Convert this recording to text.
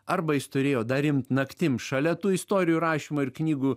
arba jis turėjo dar imt naktim šalia tų istorijų rašymo ir knygų